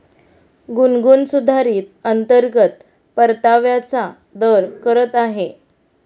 गुनगुन सुधारित अंतर्गत परताव्याचा दर करत आहे